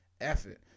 Effort